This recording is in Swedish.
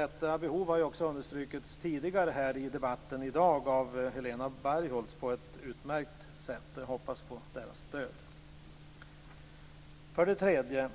Detta behov har också understrukits på ett utmärkt sätt tidigare i dagens debatt av Helena Bargholtz. Jag hoppas på Folkpartiets stöd. 3.